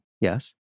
yes